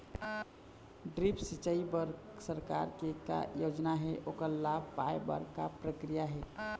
Drip सिचाई बर सरकार के का योजना हे ओकर लाभ पाय बर का प्रक्रिया हे?